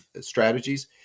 strategies